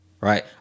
Right